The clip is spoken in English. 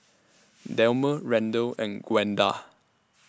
Delmer Randel and Gwenda